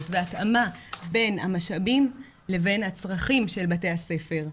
והתאמה בין המשאבים לבין הצרכים של בתי הספר,